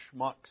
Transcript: schmucks